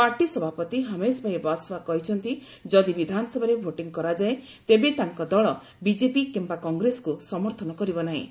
party ସଭାପତି ହମେସ ଭାଇ ବାସଭା କହିଛନ୍ତି ଯଦି ବିଧାନସଭାରେ ଭୋଟିଂ କରାଯାଏ ତେବେ ତାଙ୍କ ଦଳ ବିଜେପି କିମ୍ବା କଂଗ୍ରେସକୁ ସମର୍ଥନ କରିବ ନାହିଁ